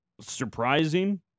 Surprising